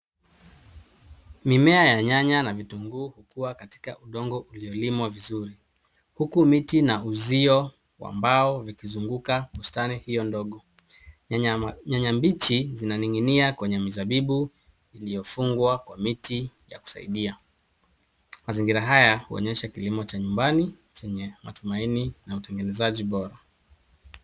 Mimea ya nyanya na vitunguu kukua katika udongo uliolimwa vizuri, huku miti na uzio wa mbao vikizunguka bustani hiyo ndogo. Nyanya mbichi zinaning'inia kwenye mizabibu iliyofungwa kwa miti ya kusaidia. Mazingira haya huonyesha kilimo cha nyumbani, chenye matumaini na utengenezaji bora.